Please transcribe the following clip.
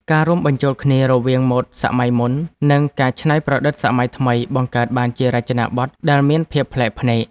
ការរួមបញ្ចូលគ្នារវាងម៉ូដសម័យមុន និងការច្នៃប្រឌិតសម័យថ្មីបង្កើតបានជារចនាប័ទ្មដែលមានភាពប្លែកភ្នែក។